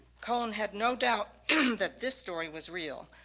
cohen had no doubt and that this story was real,